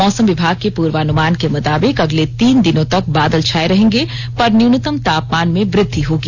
मौसम विभाग के पुर्वानुमान के मुताबिक अगले तीन दिनों तक बादल छाए रहेंगे पर न्यूनतम तापमान में वृद्धि होगी